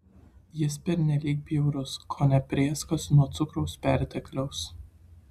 jis pernelyg bjaurus kone prėskas nuo cukraus pertekliaus